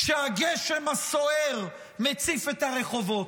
כשהגשם הסוער מציף את הרחובות?